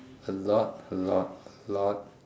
a lot a lot a lot